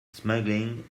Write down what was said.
smuggling